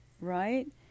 right